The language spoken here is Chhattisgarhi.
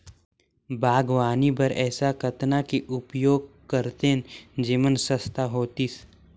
बागवानी बर ऐसा कतना के उपयोग करतेन जेमन सस्ता होतीस?